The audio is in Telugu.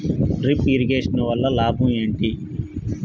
డ్రిప్ ఇరిగేషన్ వల్ల లాభం ఏంటి?